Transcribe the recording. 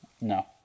No